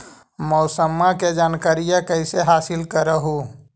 मौसमा के जनकरिया कैसे हासिल कर हू?